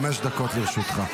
חמש דקות לרשותך.